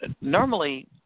Normally